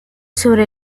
sobre